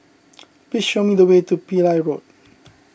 please show me the way to Pillai Road